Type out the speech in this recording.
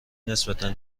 نسبتا